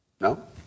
No